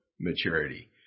maturity